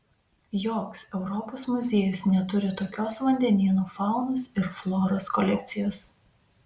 joks europos muziejus neturi tokios vandenynų faunos ir floros kolekcijos